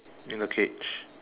in the cage